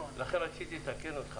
רציתי לתקן אותך.